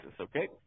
okay